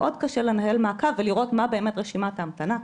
מאוד קשה לנהל מעקב ולראות מה באמת רשימת ההמתנה כאן.